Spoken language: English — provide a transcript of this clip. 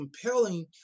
compelling